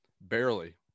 Barely